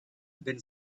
then